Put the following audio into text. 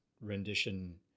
rendition